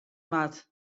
moat